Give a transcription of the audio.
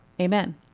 Amen